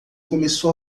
começou